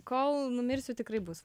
kol numirsiu tikrai bus